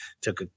took